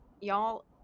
y'all